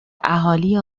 اهالی